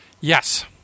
Yes